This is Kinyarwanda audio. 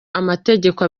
amategeko